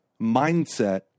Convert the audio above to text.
mindset